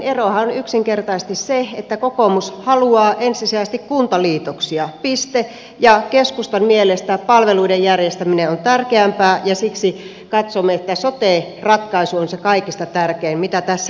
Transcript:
erohan on yksinkertaisesti se että kokoomus haluaa ensisijaisesti kuntaliitoksia piste ja keskustan mielestä palveluiden järjestäminen on tärkeämpää ja siksi katsomme että sote ratkaisu on se kaikista tärkein mitä tässä maassa tarvitaan